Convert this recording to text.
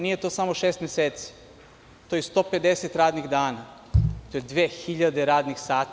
Nije to samo šest meseci, to je i 150 radnih dana, to je 2000 radnih sati.